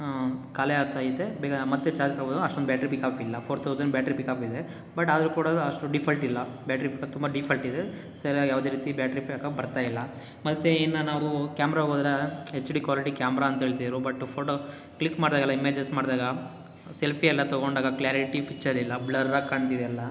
ಖಾಲಿಯಾಗ್ತಾ ಐತೆ ಬೇಗ ಮತ್ತು ಚಾರ್ಜ್ ಅಷ್ಟೊಂದು ಬ್ಯಾಟ್ರಿ ಪಿಕಪ್ ಇಲ್ಲ ಫೋರ್ ತೌಸಂಡ್ ಬ್ಯಾಟ್ರಿ ಪಿಕಪ್ ಇದೆ ಬಟ್ ಆದರೂ ಕೂಡ ಅದು ಅಷ್ಟು ಡೀಫಾಲ್ಟ್ ಇಲ್ಲ ಬ್ಯಾಟ್ರಿ ತುಂಬ ಡೀಫಾಲ್ಟ್ ಇದೆ ಸರ್ಯಾಗಿ ಯಾವುದೇ ರೀತಿ ಬ್ಯಾಟ್ರಿ ಬ್ಯಾಕ್ಅಪ್ ಬರ್ತಾ ಇಲ್ಲ ಮತ್ತು ಇನ್ನು ನಾವು ಕ್ಯಾಮ್ರಾಗೆ ಹೋದರೆ ಹೆಚ್ ಡಿ ಕ್ವಾಲಿಟಿ ಕ್ಯಾಮ್ರಾ ಅಂತ ಹೇಳ್ತಿದ್ದರು ಬಟ್ ಫೋಟೋ ಕ್ಲಿಕ್ ಮಾಡಿದಾಗೆಲ್ಲ ಇಮೇಜಸ್ ಮಾಡಿದಾಗ ಸೆಲ್ಫಿ ಎಲ್ಲ ತೊಗೊಂಡಾಗ ಕ್ಲಾರಿಟಿ ಫಿಚ್ಚರ್ ಇಲ್ಲ ಬ್ಲರ್ ಆಗಿ ಕಾಣ್ತಿದೆ ಎಲ್ಲ